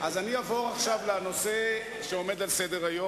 נתכנס שוב בכנסת ונדון על הצעת התקציב